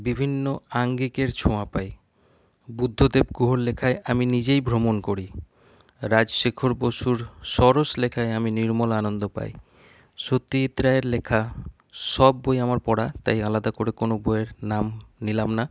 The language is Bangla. বিভিন্ন আঙ্গিকের ছোঁয়া পাই বুদ্ধদেব গুহর লেখায় আমি নিজেই ভ্রমণ করি রাজশেখর বসুর সরস লেখায় আমি নির্মল আনন্দ পাই সত্যজিৎ রায়ের লেখা সব বই আমার পড়া তাই আলাদা করে কোনও বইয়ের নাম নিলাম না